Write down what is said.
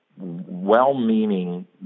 well-meaning